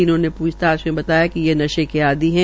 तीनों ने पूछताछ में बताया कि ये नशे के आदी हैं